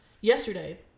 yesterday